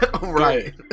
Right